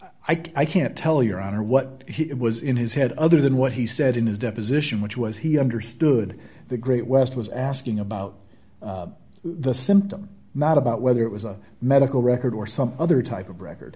other i can't tell your honor what he was in his head other than what he said in his deposition which was he understood the great west was asking about the symptom not about whether it was a medical record or some other type of record